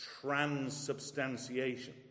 transubstantiation